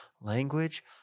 language